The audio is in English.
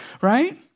right